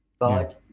God